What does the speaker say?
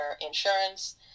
insurance